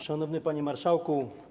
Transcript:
Szanowny Panie Marszałku!